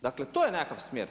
Dakle to je nekakav smjer.